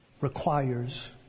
requires